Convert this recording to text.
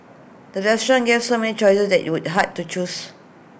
the restaurant gave so many choices that IT was hard to choose